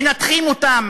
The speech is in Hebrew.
מנתחים אותם,